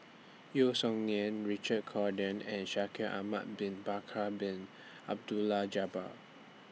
Yeo Song Nian Richard Corridon and Shaikh Ahmad Bin Bakar Bin Abdullah Jabbar